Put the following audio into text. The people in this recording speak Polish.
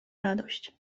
radość